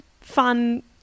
fun